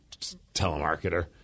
telemarketer